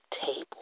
table